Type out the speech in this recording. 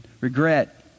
regret